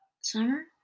summer